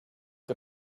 got